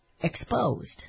exposed